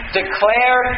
declare